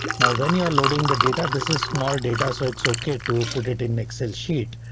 now when you're loading the data, this is small data, so it's ok to put it in excel sheet.